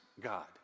God